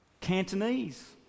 Cantonese